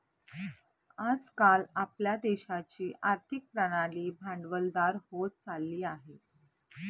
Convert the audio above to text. आज काल आपल्या देशाची आर्थिक प्रणाली भांडवलदार होत चालली आहे